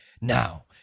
Now